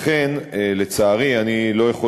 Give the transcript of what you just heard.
לכן, לצערי, אני לא יכול